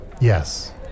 Yes